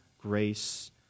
grace